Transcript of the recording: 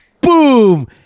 Boom